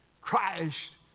Christ